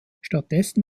stattdessen